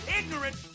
ignorant